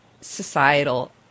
societal